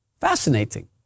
Fascinating